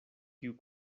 kiu